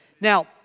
Now